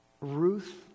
Ruth